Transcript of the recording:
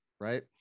right